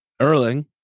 Erling